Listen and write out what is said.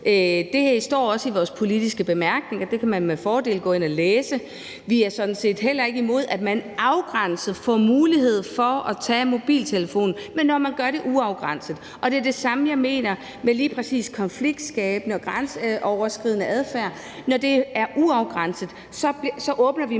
Det står også i vores politiske bemærkninger. Det kan man med fordel gå ind og læse. Vi er sådan set heller ikke imod, at man afgrænset får mulighed for at inddrage mobiltelefonen, men kun når det sker uafgrænset. Det er lige præcis det samme, jeg mener med konfliktskabende og grænseoverskridende adfærd. Når det er uafgrænset, åbner vi